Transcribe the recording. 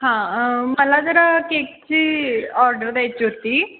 हां मला जरा केकची ऑर्डर द्यायची होती